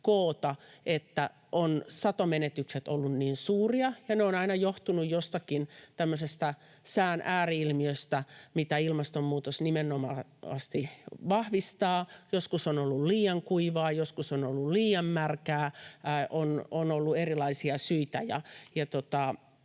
takia, että satomenetykset ovat olleet niin suuria, ja ne ovat aina johtuneet jostakin tämmöisestä sään ääri-ilmiöstä, mitä ilmastonmuutos nimenomaisesti vahvistaa. Joskus on ollut liian kuivaa, joskus on ollut liian märkää, on ollut erilaisia syitä.